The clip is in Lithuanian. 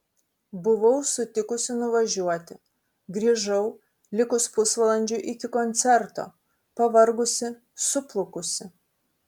buvau sutikusi nuvažiuoti grįžau likus pusvalandžiui iki koncerto pavargusi suplukusi